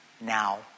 now